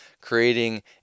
creating